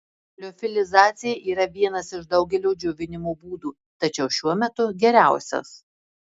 liofilizacija yra vienas iš daugelio džiovinimo būdų tačiau šiuo metu geriausias